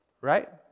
right